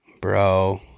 Bro